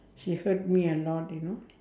she hurt me a lot you know